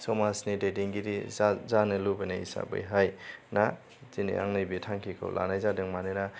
समाजनि दैदेनगिरि जा जानो लुबैनाय हिसाबैहाय ना दिनै आं नैबे थांखिखौ लानाय जादों मानोना